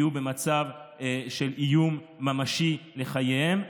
יהיו במצב של איום ממשי לחייהם.